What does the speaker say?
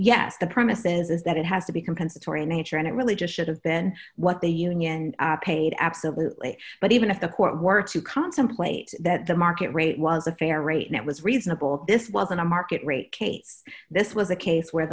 yes the premises is that it has to be compensatory in nature and it really just should have been what the union paid absolutely but even if the court were to contemplate that the market rate was a fair rate and it was reasonable this wasn't a market rate case this was a case where